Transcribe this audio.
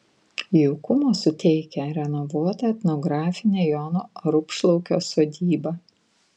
jaukumo suteikia renovuota etnografinė jono rupšlaukio sodyba